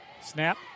Snap